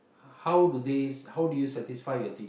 how do they how do you satisfy your team